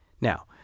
Now